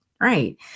Right